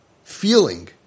feeling